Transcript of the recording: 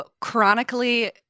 chronically